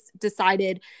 decided